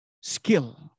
skill